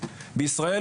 בישראל,